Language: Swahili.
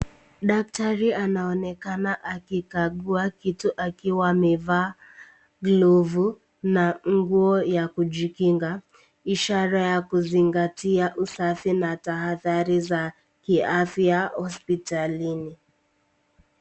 Daktari anaonekana akigagua kitu akiwa amevaa glovu, na nguo ya kujikinga ishara ya kuzingatia usafi na tahadhari za kiafya hospitalini.